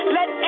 Let